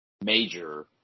major